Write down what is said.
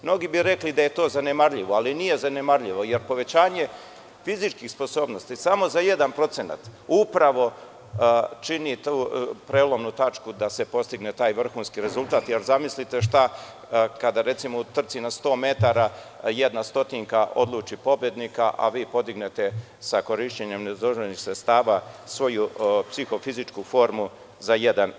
Mnogi bi rekli da je to zanemarljivo, ali nije zanemarljivo jer povećanje fizičkih sposobnosti samo za 1% upravo čini tu prelomnu tačku da se postigne taj vrhunski rezultat, jer zamislite šta kada recimo u trci na sto metara jedna stotinka odluči pobednika, a vi podignete sa korišćenjem nedozvoljenih sredstava svoju psihofizičku formu za 1%